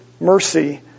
mercy